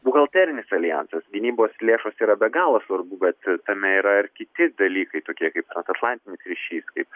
buhalterinis aljansas gynybos lėšos yra be galo svarbu bet tame yra ir kiti dalykai tokie kaip transatlantinis ryšys kaip